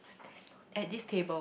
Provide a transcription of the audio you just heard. there's no table